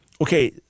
okay